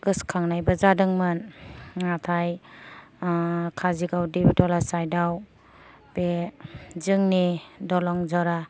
गोसोखांनायबो जादोंमोन नाथाय ओह काजिगाव देबिटला साइटआव बे जोंनि दलं ज'रा